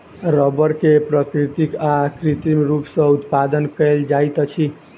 रबड़ के प्राकृतिक आ कृत्रिम रूप सॅ उत्पादन कयल जाइत अछि